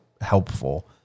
helpful